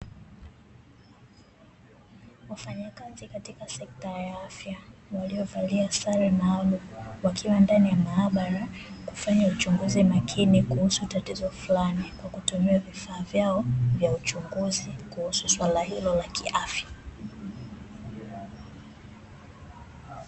Wafanyakazi katika sekta ya afya, waliovalia sare maalumu, wakiwa ndani ya maabara kufanya uchunguzi makini kuhusu tatizo flani kwa kutumia vifaa vyao vya uchunguzi, kuhusu swala hilo la kiafya.